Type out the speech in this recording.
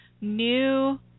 new